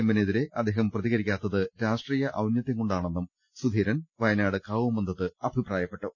എമ്മിനെതിരെ അദ്ദേഹം പ്രതികരിക്കാത്തത് രാഷ്ട്രീയ ഔന്നത്യം കൊണ്ടാണെന്നും സുധീരൻ വയനാട് കാവുമന്ദത്ത് അഭിപ്രായപ്പെട്ടു